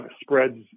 spreads